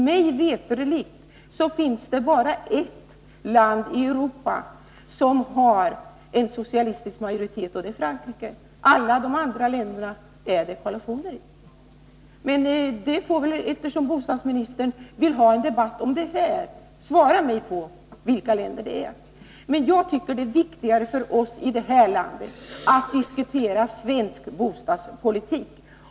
Mig veterligt finns det bara ett land i Europa som har en socialistisk majoritet, och det är Frankrike. I alla andra länder där socialdemokrater ingår i regeringen är det koalitioner som styr. Eftersom bostadsministern vill ha en debatt om detta, svara mig på vilka länder det är fråga om! Jag tycker att det är viktigare för oss i det här landet att diskutera svensk bostadspolitik.